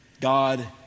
God